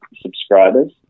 subscribers